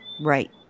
Right